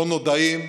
לא נודעים,